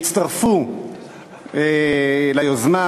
שהצטרפו ליוזמה: